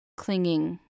Clinging